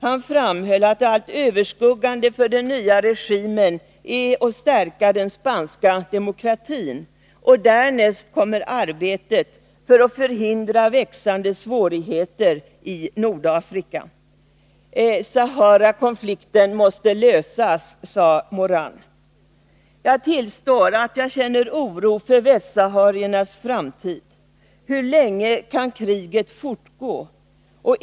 Han framhöll att det allt överskuggande för den nya regimen är att stärka den spanska demokratin. Därnäst kommer arbetet för att förhindra växande svårigheter i Nordafrika. Saharakonflikten måste lösas, sade Morau. Jag tillstår att jag känner oro för västsahariernas framtid. Hur länge kan kriget fortgå?